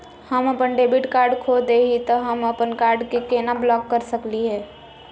हम अपन debit card खो दे ही, त हम अप्पन कार्ड के केना ब्लॉक कर सकली हे?